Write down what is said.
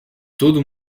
todo